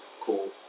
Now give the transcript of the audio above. Cool